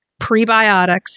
prebiotics